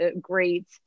great